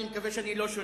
אני מקווה שאני לא,